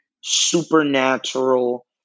supernatural